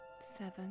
seven